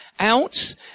ounce